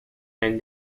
and